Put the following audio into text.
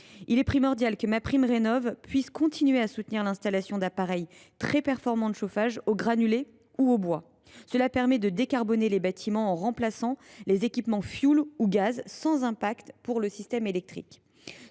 Il est primordial que MaPrimeRénov’ puisse continuer à soutenir l’installation d’appareils très performants de chauffage aux granulés ou au bois. Cela permet de décarboner les bâtiments en remplaçant les équipements fioul ou gaz sans impact pour le système électrique.